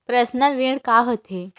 Personal ऋण का होथे?